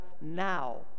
now